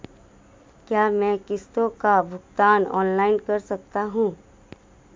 क्या मैं किश्तों का भुगतान ऑनलाइन कर सकता हूँ?